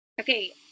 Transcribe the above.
Okay